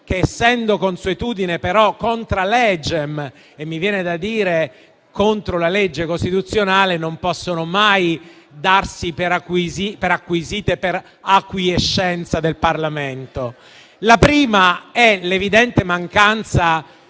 (e mi viene da dire contro la legge costituzionale), non può mai darsi per acquisita per acquiescenza del Parlamento. La prima è l'evidente mancanza